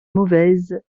mauvaise